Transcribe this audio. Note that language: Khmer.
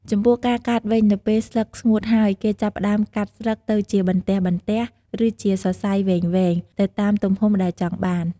ចំពោះការកាត់់វិញ នៅពេលស្លឹកស្ងួតហើយ គេចាប់ផ្តើម កាត់ស្លឹក ទៅជាបន្ទះៗ ឬជាសរសៃវែងៗ ទៅតាមទំហំដែលចង់បាន។